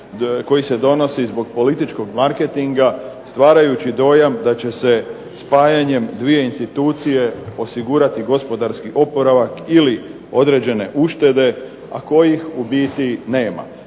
koji se donosi zbog političkog marketinga stvarajući dojam da će se spajanjem dvije institucije osigurati gospodarski oporavak ili određene uštede, a kojih u biti nema.